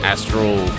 Astral